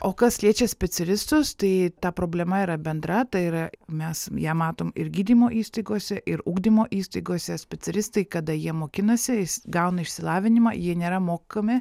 o kas liečia specialistus tai ta problema yra bendra tai yra mes ją matom ir gydymo įstaigose ir ugdymo įstaigose specialistai kada jie mokinasi jis gauna išsilavinimą jie nėra mokami